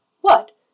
What